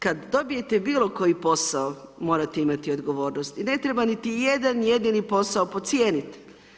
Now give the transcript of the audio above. Kada dobijete bilo koji posao morate imati odgovornost i ne treba niti jedan jedini posao podcijeniti.